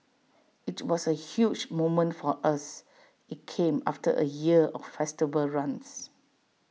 IT was A huge moment for us IT came after A year of festival runs